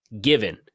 given